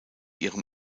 ihrem